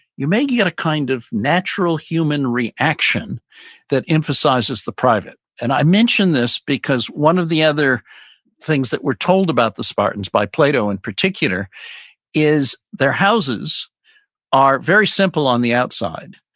you may get a kind of natural human reaction that emphasizes the private. and i mention this because one of the other things that were told about the spartans by plato in particular is their houses are very simple on the outside,